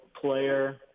player